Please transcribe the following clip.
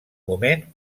moment